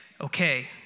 okay